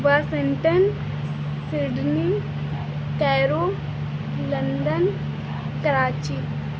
Washington Sydney Cairo London Karachi